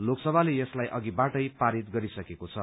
लोकसभाले यसलाई अधिवाअै पारित गरिसकेको छ